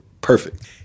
perfect